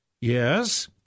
Yes